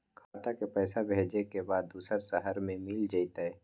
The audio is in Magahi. खाता के पईसा भेजेए के बा दुसर शहर में मिल जाए त?